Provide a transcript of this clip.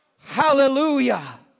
Hallelujah